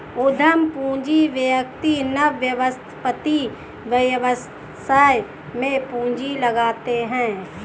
उद्यम पूंजी व्यक्ति नवस्थापित व्यवसाय में पूंजी लगाते हैं